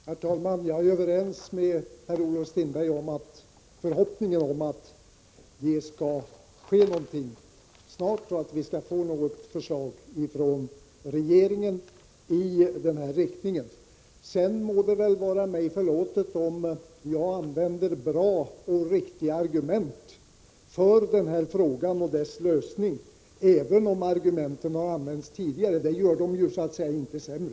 Herr talman! Jag är överens med Per-Olof Strindberg om förhoppningen om att något snart skall ske och att regeringen skall lägga fram ett förslag i denna riktning. Sedan må det väl vara mig förlåtet om jag använder bra och riktiga argument när det gäller denna fråga och dess lösning, även om argumenten har använts tidigare. Det gör dem ju inte sämre.